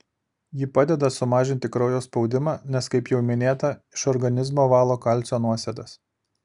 ji padeda sumažinti kraujo spaudimą nes kaip jau minėta iš organizmo valo kalcio nuosėdas